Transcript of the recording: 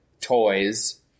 toys